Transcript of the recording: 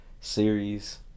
series